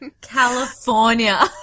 California